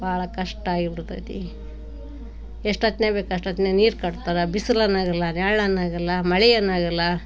ಬಾಳ ಕಷ್ಟ ಆಗಿ ಬಿಡ್ತದೆ ಎಷ್ಟೊತ್ತಿನಾಗ್ ಬೇಕು ಅಷ್ಟೊತ್ತಿನಾಗ್ ನೀರು ಕಟ್ತಾರ ಬಿಸಿಲು ಅನ್ನೋಂಗಿಲ್ಲ ನೆರಳು ಅನ್ನೋಂಗಿಲ್ಲ ಮಳೆ ಅನ್ನೋಂಗಿಲ್ಲ